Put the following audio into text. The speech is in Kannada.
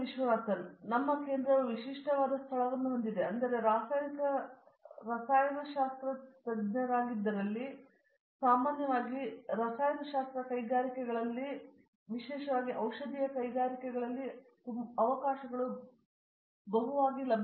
ವಿಶ್ವನಾಥನ್ ನಮ್ಮ ಕೇಂದ್ರವು ವಿಶಿಷ್ಟವಾದ ಸ್ಥಳವನ್ನು ಹೊಂದಿದೆ ಆದರೆ ರಾಸಾಯನಿಕ ರಸಾಯನಶಾಸ್ತ್ರಜ್ಞನಾಗಿದ್ದಲ್ಲಿ ಸಾಮಾನ್ಯವಾಗಿ ರಸಾಯನಶಾಸ್ತ್ರವು ಕೈಗಾರಿಕೆಗಳಲ್ಲಿ ವಿಶೇಷವಾಗಿ ಔಷಧೀಯ ಕೈಗಾರಿಕೆಗಳಲ್ಲಿನ ಅವಕಾಶಗಳನ್ನು ಕಂಡುಕೊಳ್ಳುತ್ತದೆ